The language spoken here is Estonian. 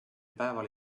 päeval